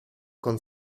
con